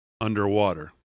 underwater